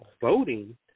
voting